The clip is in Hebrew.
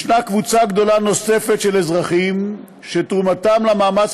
יש קבוצה גדולה נוספת של אזרחים שתרומתם למאמץ